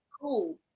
cool